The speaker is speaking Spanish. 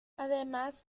además